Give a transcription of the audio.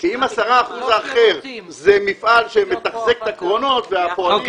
אם ה-10 אחוזים האחרים זה מפעל שמתחזק את הקרונות ושם יש פועלים,